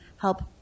help